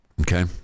Okay